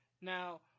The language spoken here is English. Now